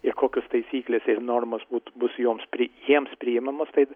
ir kokios taisyklės ir normos būt bus joms pri jiems priimamos tai